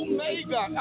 Omega